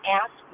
ask